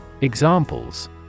Examples